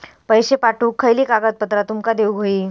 पैशे पाठवुक खयली कागदपत्रा तुमका देऊक व्हयी?